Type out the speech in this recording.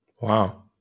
Wow